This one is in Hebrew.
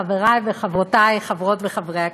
חברי וחברותי חברות וחברי הכנסת,